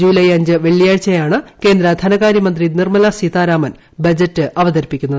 July അഞ്ച് ക്വെള്ളിയാഴ്ചയാണ് കേന്ദ്ര ധനകാര്യമന്ത്രി നിർമ്മല സീതാരാമൻ ബള്ള്ള് അവതരിപ്പിക്കുക